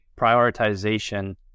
prioritization